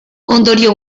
ondorio